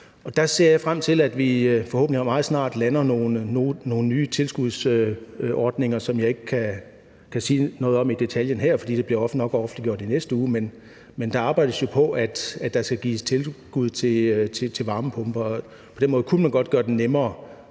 Jeg ser frem til, at vi forhåbentlig og meget snart lander nogle nye tilskudsordninger, som jeg ikke kan sige noget om i detaljen her, fordi det nok bliver offentliggjort i næste uge. Men der arbejdes jo på, at der skal gives tilbud til varmepumper. På den måde kunne man godt gøre det nemmere